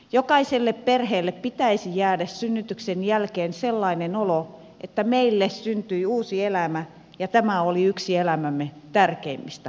jokaiselle perheelle pitäisi jäädä synnytyksen jälkeen sellainen olo että meille syntyi uusi elämä ja tämä oli yksi elämämme tärkeimmistä tapahtumista